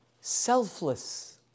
Selfless